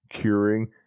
curing